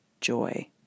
joy